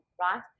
right